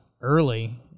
early